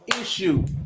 issue